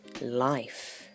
life